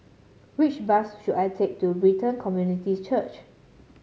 which bus should I take to Brighton Community Church